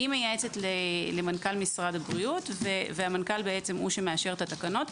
היא מייעצת למנכ"ל משרד הבריאות והוא שמאשר את התקנות.